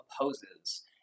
opposes